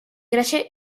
gràcia